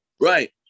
Right